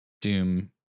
Doom